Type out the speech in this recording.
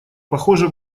похоже